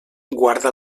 guarda